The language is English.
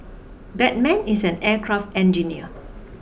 that man is an aircraft engineer